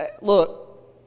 look